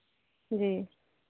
जी